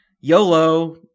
YOLO